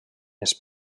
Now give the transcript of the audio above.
més